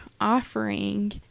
offering